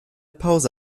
pause